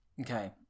Okay